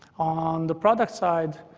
on the product side,